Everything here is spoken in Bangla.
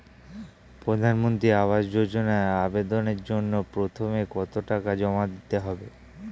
প্রধানমন্ত্রী আবাস যোজনায় আবেদনের জন্য প্রথমে কত টাকা জমা দিতে হবে?